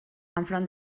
enfront